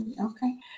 Okay